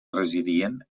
residien